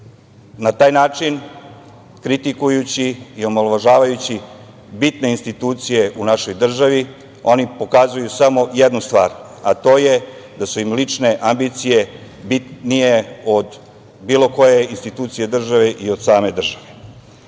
na taj način kritikujući i omalovažavajući bitne institucije u našoj državi, oni pokazuju samo jednu stvar, a to je da su im lične ambicije bitnije od bilo koje institucije države i od same